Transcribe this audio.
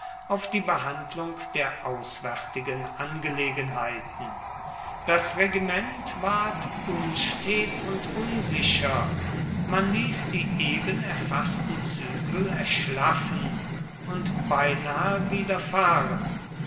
auf die behandlung der auswärtigen angelegenheiten das regiment ward unstet und unsicher man ließ die eben erfaßten zügel erschlaffen und beinahe